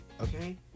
Okay